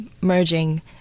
merging